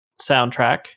soundtrack